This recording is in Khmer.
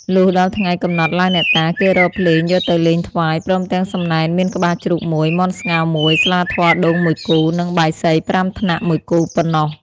លុះដល់ថ្ងៃកំណត់ឡើងអ្នកតា គេរកភ្លេងយកទៅលេងថ្វាយ ព្រមទាំងសំណែនមានក្បាលជ្រូក ១ មាន់ស្ងោរ ១ ស្លាធម៌ដូង ១គូ និងបាយសី ៥ថ្នាក់ ១គូ ប៉ុណ្ណោះ ។